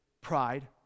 pride